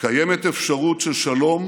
"קיימת אפשרות של שלום,